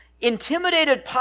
intimidated